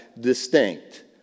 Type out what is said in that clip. distinct